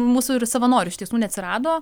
mūsų ir savanorių iš tiesų neatsirado